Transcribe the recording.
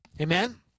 Amen